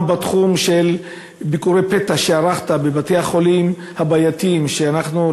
גם בתחום של ביקורי פתע שערכת בבתי-החולים הבעייתיים שאנחנו,